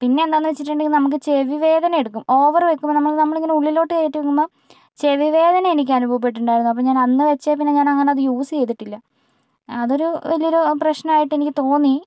പിന്നെ എന്താന്ന് വച്ചിട്ടുണ്ടെങ്കിൽ നമുക്ക് ചെവി വേദന എടുക്കും ഓവർ വെക്കുമ്പോൾ നമ്മൾ നമ്മള് ഇങ്ങനെ ഉള്ളിലോട്ട് കേറ്റി വയ്ക്കുമ്പോൾ ചെവി വേദന എനിക്ക് അനുഭവപ്പെട്ടിട്ടുണ്ടായിരുന്നു അപ്പോൾ ഞാൻ അന്ന് വെച്ച് പിന്നെ ഞാൻ അങ്ങനെ അത് യൂസ് ചെയ്തിട്ടില്ല അതൊരു വലിയൊരു പ്രശ്നമായിട്ട് എനിക്ക് തോന്നി